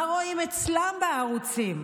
מה רואים אצלם בערוצים?